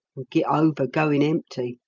git over goin' empty.